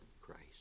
Christ